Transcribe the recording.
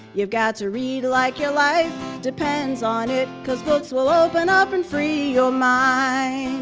you've got to read like your life depends on it, cause books will open up and free your mind.